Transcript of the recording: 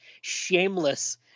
shameless